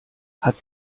hat